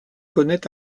connaît